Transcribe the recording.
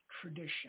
tradition